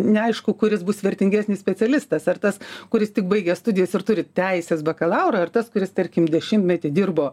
neaišku kuris bus vertingesnis specialistas ar tas kuris tik baigęs studijas ir turi teisės bakalaurą ar tas kuris tarkim dešimtmetį dirbo